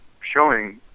showing